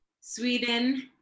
Sweden